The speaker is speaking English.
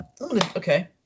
Okay